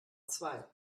zwei